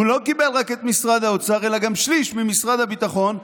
הוא לא קיבל רק את משרד האוצר אלא גם שליש ממשרד הביטחון,